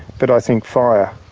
but i think fire,